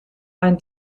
ein